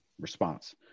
response